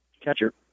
catcher